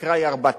התקרה היא 4,000,